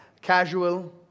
casual